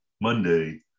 Monday